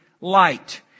light